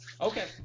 okay